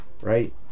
right